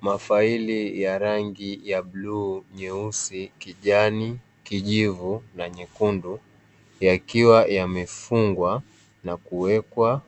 Mafaili ya rangi ya bluu, nyeusi, kijani, kijivu na nyekundu; yakiwa yamefungwa na kuwekwa